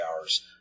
hours